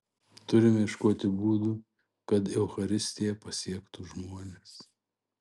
turime ieškoti būdų kad eucharistija pasiektų žmones